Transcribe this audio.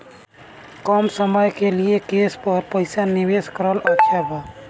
कम समय के लिए केस पर पईसा निवेश करल अच्छा बा?